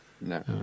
No